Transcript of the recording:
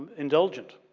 indulgent.